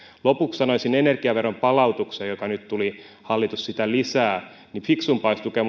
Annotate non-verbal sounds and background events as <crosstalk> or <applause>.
lopuksi sanoisin energiaveron palautuksesta joka nyt tuli hallitus sitä lisää että fiksumpaa olisi tukea <unintelligible>